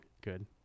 Good